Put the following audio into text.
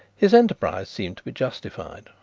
his enterprise seemed to be justified,